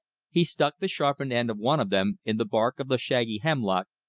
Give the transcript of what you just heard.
he stuck the sharpened end of one of them in the bark of the shaggy hemlock,